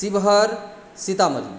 Sheohar Sitamarhi